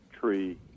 tree